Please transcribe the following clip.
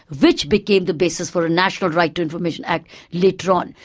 which became the basis for a national right to information act later on.